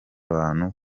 abantu